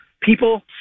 people